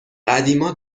قدیما